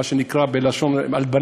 מה שנקרא הלבנה,